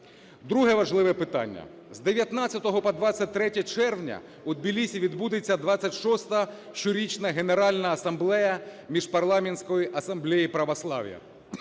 Друге важливе питання. З 19 по 23 червня у Тбілісі відбудеться XXVI щорічна Генеральна асамблея Міжпарламентської асамблеї Православ'я.